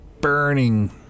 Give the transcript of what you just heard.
burning